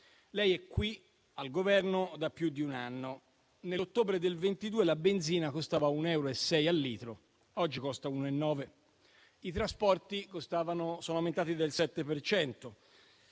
Lei è qui al Governo da più di un anno. Nell'ottobre del 2022 la benzina costava 1,6 euro al litro e oggi costa 1,9 euro. I trasporti sono aumentati del 7